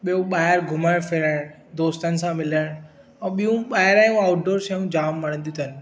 ॿियो ॿाहिरि घुमणु फिरणु दोस्तनि सां मिलणु ऐं ॿियूं ॿाहिरि जूं आउटडोर शयूं जामु वणंदियूं अथनि